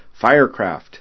Firecraft